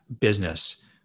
business